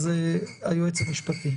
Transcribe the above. אז היועץ המשפטי.